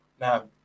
Now